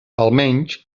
almenys